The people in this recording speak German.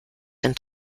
den